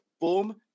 boom